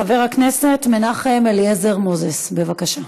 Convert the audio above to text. חבר הכנסת מנחם אליעזר מוזס, בבקשה.